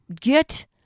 get